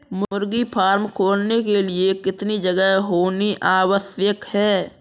मुर्गी फार्म खोलने के लिए कितनी जगह होनी आवश्यक है?